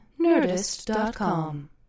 nerdist.com